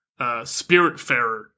Spiritfarer